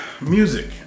music